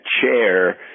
chair